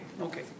okay